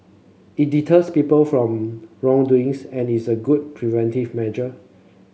it deters people from wrongdoings and is a good preventive measure